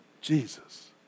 Jesus